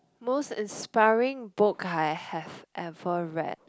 most inspiring book I have ever read